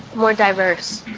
more diverse.